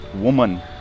woman